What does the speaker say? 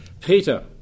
Peter